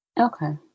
Okay